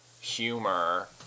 humor